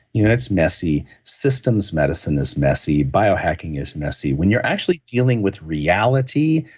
you know it's messy. systems medicine is messy. biohacking is messy. when you're actually dealing with reality,